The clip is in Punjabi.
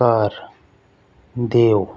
ਕਰ ਦਿਓ